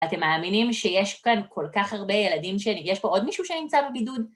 אתם מאמינים שיש כאן כל כך הרבה ילדים ש... יש פה עוד מישהו שנמצא בבידוד?